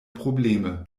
probleme